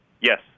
Yes